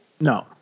No